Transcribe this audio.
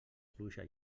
pluja